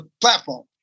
platform